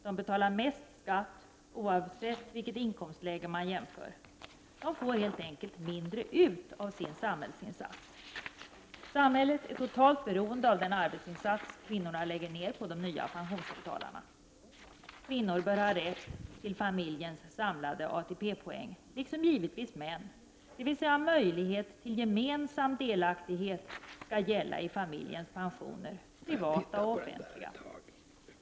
De betalar mest skatt oavsett inkomstläge. Kvinnor får helt enkelt mindre ut av sin samhällsinsats. Samhället är totalt beroende av den arbetsinsats kvinnorna lägger ned på de nya pensionsbetalarna. Kvinnor bör, liksom givetvis också män, ha rätt till familjens samlade ATP-poäng, dvs. möjlighet till gemensam delaktighet skall gälla i fråga om familjens pensioner, privata liksom offentliga.